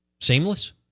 seamless